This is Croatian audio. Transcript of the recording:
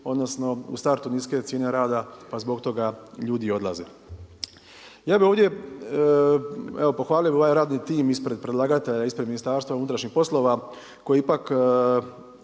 odnosno u startu niske cijene rada pa zbog toga ljudi i odlaze. Ja bih pohvalio ovaj radni tim ispred predlagatelja ispred MUP-a koji ipak